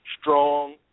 strong